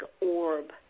orb